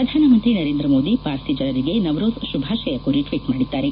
ಪ್ರಧಾನಮಂತ್ರಿ ನರೇಂದ್ರ ಮೊದಿ ಪಾರ್ಸಿ ಜನರಿಗೆ ನವ್ರೋಜ್ ಶುಭಾಶಯ ಕೋರಿ ಟ್ವೀಟ್ ಮಾಡಿದ್ದಾರೆ